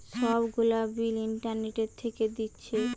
সব গুলা bill internet থিকে দিচ্ছে